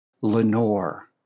Lenore